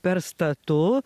per statu